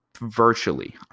virtually